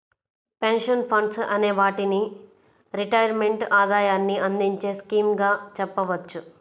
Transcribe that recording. pension funds అనే వాటిని retirement ఆదాయాన్ని అందించే స్కీమ్స్ గా చెప్పవచ్చు